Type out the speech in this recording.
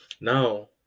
Now